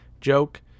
joke